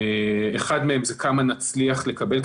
כאשר אחת מה היא כמה נצליח לקבל,